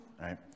right